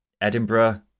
Edinburgh